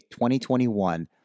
2021